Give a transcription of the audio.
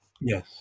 Yes